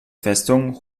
festung